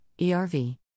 ERV